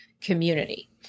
community